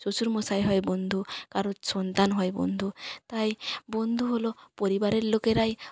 শ্বশুর মশাই হয় বন্ধু কারো সন্তান হয় বন্ধু তাই বন্ধু হল পরিবারের লোকেরাই